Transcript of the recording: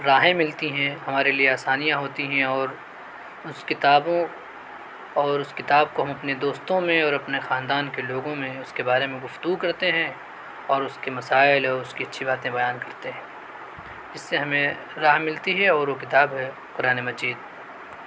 راہیں ملتی ہیں ہمارے لیے آسانیاں ہوتی ہیں اور اس کتابوں اور اس کتاب کو ہم اپنے دوستوں میں اور اپنے خاندان کے لوگوں میں اس کے بارے میں گفتگو کرتے ہیں اور اس کے مسائل اور اس کی اچھی باتیں بیان کرتے ہیں اس سے ہمیں راہ ملتی ہے اور وہ کتاب ہے قرآن مجید